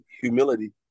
humility